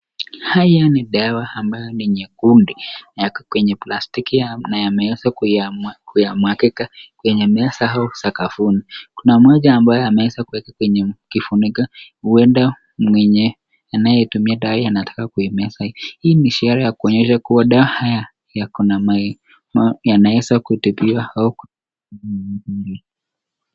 Hizi ni dawa ambayo ni nyekundu yako kwenye plastiki na yameweza kuyamwagika kwenye meza au sakafuni, Kuna mmoja ambaye ameweza kuweka kwenye kifuniko huenda mwenye anayetumia dawa anataka kuimeza, hii ni ishara kuonyesha kuwa dawa haya yakona ma yanaweza kutibiwa .